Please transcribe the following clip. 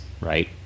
right